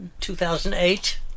2008